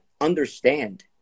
understand